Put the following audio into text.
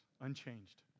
unchanged